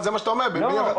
זה מה שאתה אומר, נכון?